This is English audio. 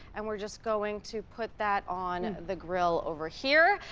and we're just going to put that on the grill over here.